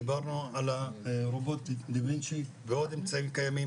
דיברנו על הרובוט דה ויצ'י ועוד אמצעים קיימים,